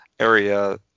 Area